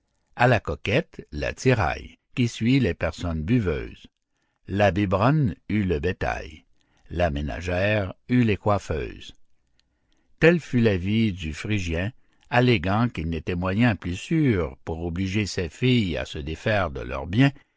à la coquette l'attirail qui suit les personnes buveuses la biberonne eut le bétail la ménagère eut les coiffeuses tel fut l'avis du phrygien alléguant qu'il n'était moyen plus sûr pour obliger ces filles à se défaire de leur bien